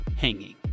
Hanging